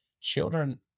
Children